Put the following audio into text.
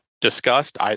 discussed